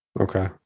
Okay